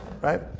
right